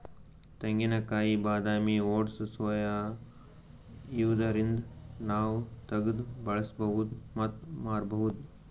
ತೆಂಗಿನಕಾಯಿ ಬಾದಾಮಿ oats soya ಇವ್ದರಿಂದ್ ನಾವ್ ತಗ್ದ್ ಬಳಸ್ಬಹುದ್ ಮತ್ತ್ ಮಾರ್ಬಹುದ್